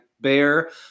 bear